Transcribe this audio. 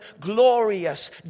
glorious